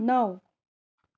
नौ